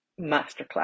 Masterclass